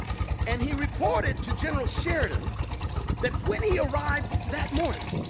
and he reported to general sheridan that when he arrived that morning,